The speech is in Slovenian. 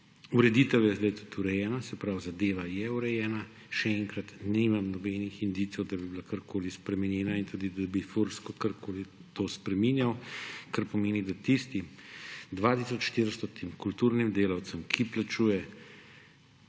ureditev je zdaj tudi urejena, se pravi, zadeva je urejena. Še enkrat, nimam nobenih indicev, da bi bila karkoli spremenjena in tudi, da bi Furs kakorkoli to spreminjal, kar pomeni, da tistih 2 tisoč 400 kulturnih delavcev, ki jim plačuje